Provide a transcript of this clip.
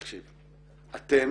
תקשיב, אתם